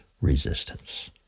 resistance